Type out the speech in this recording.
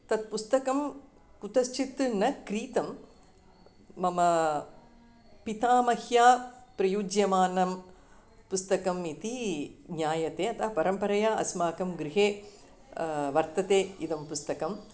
तत् पुस्तकं कुत्रचित् न क्रीतं मम पितामह्या प्रयुज्यमानं पुस्तकम् इति ज्ञायते अतः परम्परया अस्माकं गृहे वर्तते इदं पुस्तकम्